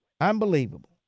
Unbelievable